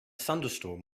thunderstorm